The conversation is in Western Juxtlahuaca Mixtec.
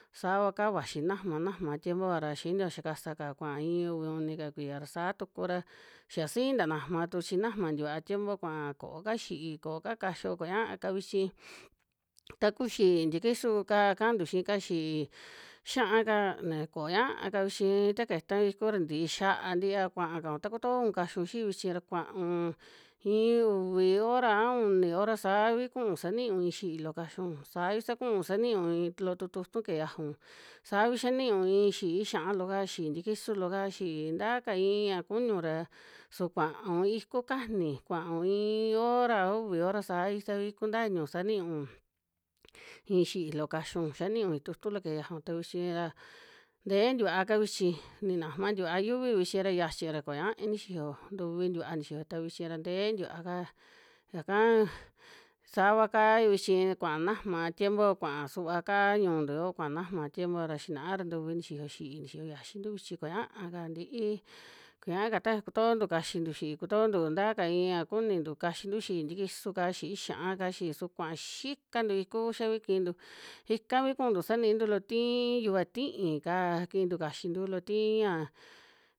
Saava ka vaxi najma, najma tiempo'va ra xiniyo xia kasa'ka kua iin uvi, uni'ka kuiya ra saa tuku ra xia siin tanajma tu chi najma tikua tiempo kua. Kooka xi'í kooka kaxio kuñaa'ka vichi taku xi'í tikisu'ka kantu xii ka, xi'í xi'aa ka ni ko ña'aka vichi ta ketaun iku ra ntii xia ntia kuaa kaun ta kutoun kaxiun xi'í vichi ra, kuaun iin uvi hora, a uni hora saavi kuun sa niiun iin xi'í loo kaxiun, saai sa kuun sa niun in loo tu tu'utu keje yiajaun, saavi xia niun iin xi'í xi'aa loo'ka, xi'í tikisu loo'ka, xi'í nta kaa in ña kuniun ra su kuaun iku kajni, kuaun iin hora, a uvi hora saai savi kunta iniun sa niiun iin xi'í loo kaxiun, xia niiun iin tu'utu loo keje yajaun ta vichi aa, ntee tikua kaa vichi, ni najma tikua yuvi vhci ra, xiachi ra koñai ni xiyo ntuvi tikuaa nixiyo, ta vichi ra ntee tikua kaa, ñaka saava kaa ivichi kua najma tiempo, kuaa suva kaa ñu'untu yoo kua najma tiempo ra xinaa ra ntuvi nixiyo xinaa ra ntuvi nixiyo xi'í, nixiyo yiaxintu vichi koñaaka ntii, kuñaaka ta xia kutontu kaxintu xi'í, kutontu ta ka iña, kunintu kaxintu xi'í tikisu'ka, xi'í xi'aaka xi'í su kuaa xiikantu iku xavi kiintu, ikavi kuuntu sa niintu loo tii yuva ti'í'ka kiintu kaxintu loo tii'a.